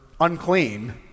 unclean